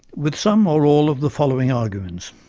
with some or all of the following arguments